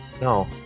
No